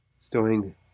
Storing